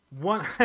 one